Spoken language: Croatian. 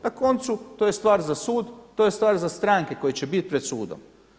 Na koncu to je stvar za sud, to je stvar za stranke koje će bit pred sudom.